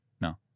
No